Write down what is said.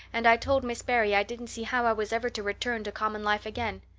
and i told miss barry i didn't see how i was ever to return to common life again.